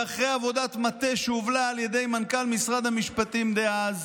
ואחרי עבודת מטה שהובלה על ידי מנכ"ל משרד המשפטים דאז,